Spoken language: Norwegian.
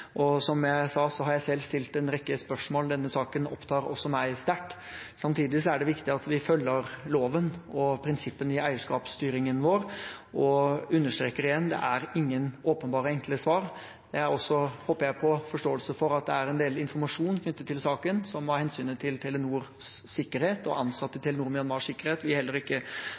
Som jeg sa, har jeg selv stilt en rekke spørsmål. Denne saken opptar også meg sterkt. Samtidig er det viktig at vi følger loven og prinsippene i eierskapsstyringen vår, og jeg understreker igjen: Det er ingen åpenbare og enkle svar. Jeg håper jeg har forståelse for at det er en del informasjon knyttet til saken som – av hensyn til Telenors sikkerhet og ansatte i Telenor Myanmars sikkerhet – vi heller ikke